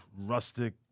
rustic